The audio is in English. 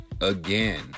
Again